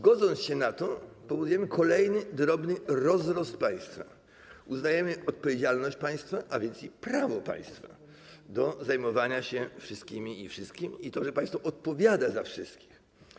Godząc się na to, powodujemy kolejny drobny rozrost państwa, uznajemy odpowiedzialność państwa, a więc też prawo państwa do zajmowania się wszystkimi i wszystkim, uznajemy, że państwo odpowiada za wszystkich.